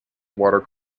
water